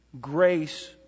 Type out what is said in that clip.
grace